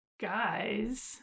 Guys